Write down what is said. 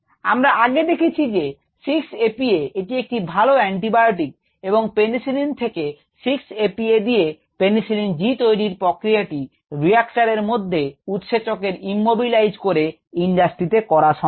আমরা আগে দেখেছি যে 6 APA এটি একটি ভালো অ্যান্টিবায়োটিক এবং পেনিসিলিন থেকে 6 APA দিয়ে পেনিসিলিন G তৈরির প্রক্রিয়াটি রিঅ্যাক্টরের মধ্যে উৎসেচকের ইম্যবিলাইজ করে ইন্ডাস্ট্রিতে করা সম্ভব